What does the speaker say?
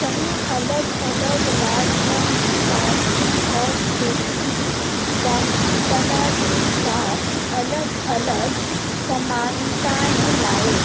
कई अलग अलग राजवंश फारसी और तुर्की वास्तुकला के साथ अलग अलग समानताएँ लाए